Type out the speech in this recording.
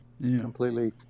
completely